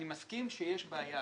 אני מסכים שיש בעיה,